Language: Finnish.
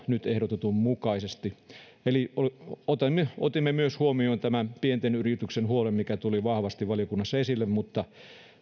nyt ehdotetun mukaisesta eli otimme otimme myös huomioon tämän pienten yritysten huolen mikä tuli vahvasti valiokunnassa esille mutta